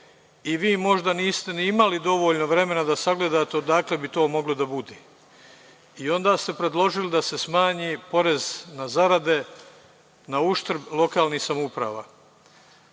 i vi možda niste ni imali dovoljno vremena da sagledate odakle bi to moglo da bude i onda ste predložili da se smanji porez na zarade na uštrb lokalnih samouprava. Budžet